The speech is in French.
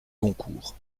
goncourt